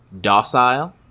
docile